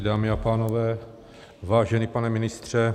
Dámy a pánové, vážený pane ministře.